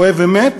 אוהב אמת,